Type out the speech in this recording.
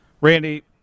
Randy